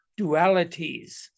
dualities